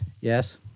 Yes